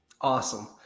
Awesome